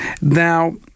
Now